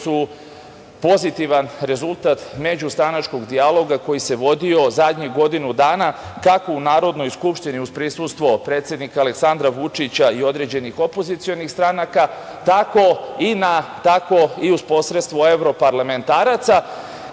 koje su pozitivan rezultat međustranačkog dijaloga koji se vodio zadnjih godinu dana kako u Narodnoj skupštini uz prisustvo predsednika Aleksandra Vučića i određenih opozicionih stranaka, tako i uz posredstvo evroparlamentaraca,